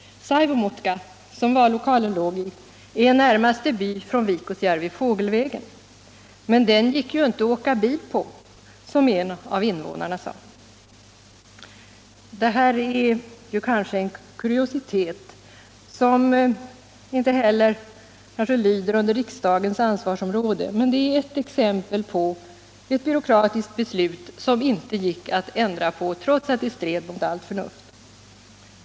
Saivomoutka, som vallokalen låg i, är närmaste by från Viikusjärvi fågelvägen. ”Men den går det ju inte att åka bil': på”., som en av invånarna sade. Det här är ju en kuriositet som kanske inte tillhör riksdagens ansvarsområde, men det är ett exempel på ett byråkratiskt bestut som det inte gick att ändra på, trots att det stred mot allt förnuft.